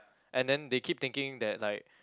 and then they keep thinking that like